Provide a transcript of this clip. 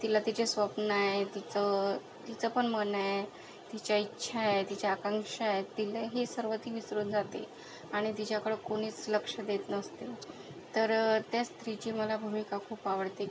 तिला तिचे स्वप्नं आहे तिचं तिचं पण मन आहे तिच्या इच्छा आहे तिच्या आकांक्षा आहे तिला हे सर्व ती विसरून जाते आणि तिच्याकडे कोणीच लक्ष देत नसतं तर त्या स्त्रीची मला भूमिका खूप आवडते